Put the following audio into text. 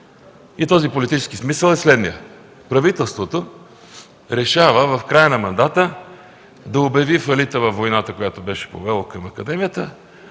И този политически смисъл е следният – правителството решава в края на мандата да обяви фалит във войната, която беше повело към академията,